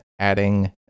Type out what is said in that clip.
adding